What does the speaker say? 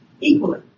equally